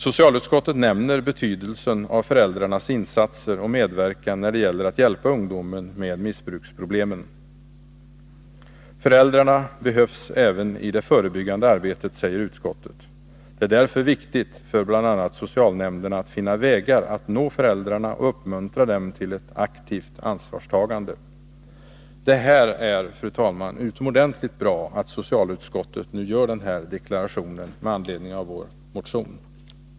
Socialutskottet nämner betydelsen av föräldrarnas insatser och medverkan när det gäller att hjälpa ungdomen med missbruksproblemen. Föräldrarna behövs även i det förebyggande arbetet, säger utskottet. Det är därför viktigt för bl.a. socialnämnderna att finna vägar att nå föräldrarna och uppmuntra dem till ett aktivt ansvarstagande. Det är, fru talman, utomordentligt bra att socialutskottet nu gör denna deklaration med anledning av vår motion.